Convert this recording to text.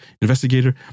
investigator